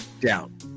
down